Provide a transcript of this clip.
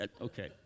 okay